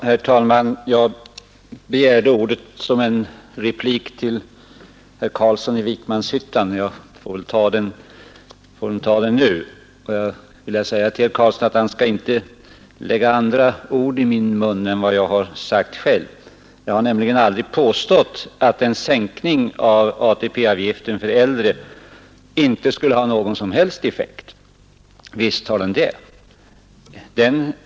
Herr talman! Jag begärde ordet för en replik till herr Carlsson i Vikmanshyttan, och jag får väl ta den nu och säga till herr Carlsson att han inte skall lägga andra ord i min mun än vad jag har sagt själv. Jag har nämligen aldrig påstått att en sänkning av ATP-avgiften för äldre inte skulle ha någon som helst effekt. Visst har den det.